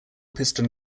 piston